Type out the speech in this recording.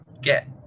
get